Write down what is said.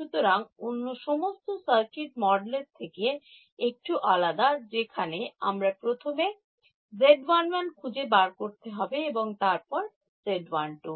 সুতরাং অন্য সমস্ত সার্কিট মডেলের থেকে একটু আলাদা যেখানে আমাদের প্রথমে Z11 খুঁজে বার করতে হবে এবং তারপর Z12